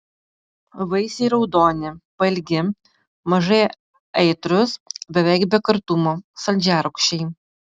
vaisiai raudoni pailgi mažai aitrūs beveik be kartumo saldžiarūgščiai